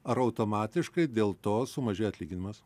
ar automatiškai dėl to sumažėja atlyginimas